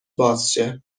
بازشه